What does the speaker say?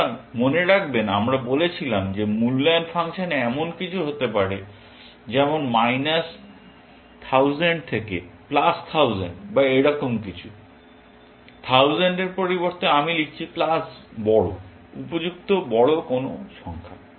সুতরাং মনে রাখবেন আমরা বলেছিলাম যে মূল্যায়ন ফাংশন এমন কিছু হতে পারে যেমন মাইনাস 1000 থেকে প্লাস 1000 বা এরকম কিছু 1000 এর পরিবর্তে আমি লিখছি প্লাস বড় উপযুক্ত বড় কোনো সংখ্যা